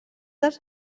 dels